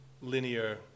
linear